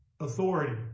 authority